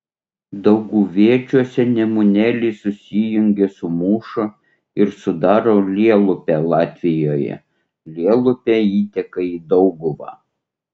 dauguviečiuose nemunėlis susijungia su mūša ir sudaro lielupę latvijoje lielupė įteka į dauguvą